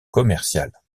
commerciales